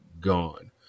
gone